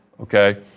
Okay